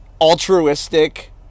altruistic